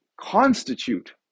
constitute